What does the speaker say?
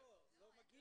לא מגיע.